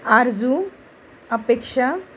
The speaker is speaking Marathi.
आरजू अपेक्षा